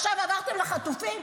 עכשיו עברתם לחטופים?